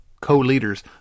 co-leaders